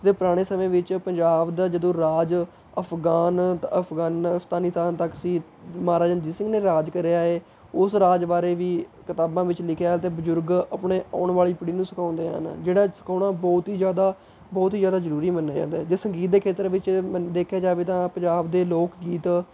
ਅਤੇ ਪੁਰਾਣੇ ਸਮੇਂ ਵਿੱਚ ਪੰਜਾਬ ਦਾ ਜਦੋਂ ਰਾਜ ਅਫ਼ਗਾਨ ਅਫ਼ਗਾਨਾਸਤਾਨੀਤਾਨ ਤੱਕ ਸੀ ਮਹਾਰਾਜਾ ਰਣਜੀਤ ਸਿੰਘ ਨੇ ਰਾਜ ਕਰਿਆ ਹੈ ਉਸ ਰਾਜ ਬਾਰੇ ਵੀ ਕਿਤਾਬਾਂ ਵਿੱਚ ਲਿਖਿਆ ਅਤੇ ਬਜ਼ੁਰਗ ਆਪਣੇ ਆਉਣ ਵਾਲੀ ਪੀੜ੍ਹੀ ਨੂੰ ਸਿਖਾਉਂਦੇ ਹਨ ਜਿਹੜਾ ਸਿਖਾਉਣਾ ਬਹੁਤ ਹੀ ਜ਼ਿਆਦਾ ਬਹੁਤ ਹੀ ਜ਼ਿਆਦਾ ਜ਼ਰੂਰੀ ਮੰਨਿਆ ਜਾਂਦਾ ਹੈ ਜੇ ਸੰਗੀਤ ਦੇ ਖੇਤਰ ਵਿੱਚ ਮਨ ਦੇਖਿਆ ਜਾਵੇ ਤਾਂ ਪੰਜਾਬ ਦੇ ਲੋਕ ਗੀਤ